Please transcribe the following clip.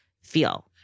feel